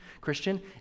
Christian